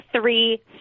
three